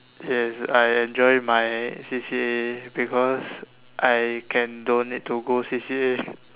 is I enjoy my C_C_A because I can don't need to go C_C_A